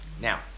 Now